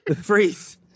Freeze